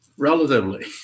relatively